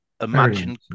Imagine